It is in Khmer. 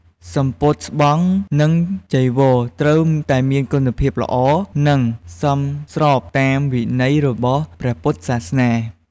សំពត់ស្បង់ និងចីវរ ត្រូវតែមានគុណភាពល្អ និងសមស្របតាមវិន័យរបស់ព្រះពុទ្ធសាសនា។